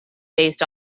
based